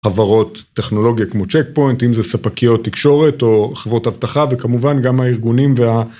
חברות טכנולוגיה כמו צ'ק פוינט, אם זה ספקיות תקשורת או חברות הבטחה וכמובן גם הארגונים וה...